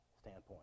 standpoint